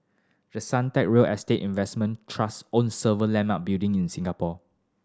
the Suntec real estate investment trust owns several landmark building in Singapore